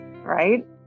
right